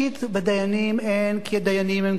בדיינים אין, כי הדיינים הם גברים.